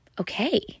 okay